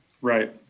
Right